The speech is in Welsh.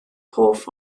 hoff